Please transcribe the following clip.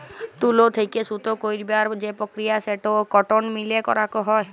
তুলো থেক্যে সুতো কইরার যে প্রক্রিয়া সেটো কটন মিলে করাক হয়